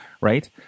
right